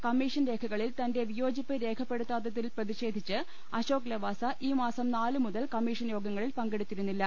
commission രേഖകളിൽ തന്റെ വിയോജിപ്പ് രേഖപ്പെടുത്താത്തതിൽ പ്രതിഷേ ധിച്ച് അശോക് ലവാസ ഈ മാസം നാലു മുതൽ കമ്മീഷൻ യോഗങ്ങളിൽ പങ്കെടുത്തിരുന്നില്ല